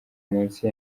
munsi